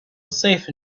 safe